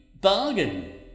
Bargain